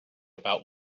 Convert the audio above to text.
about